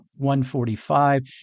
145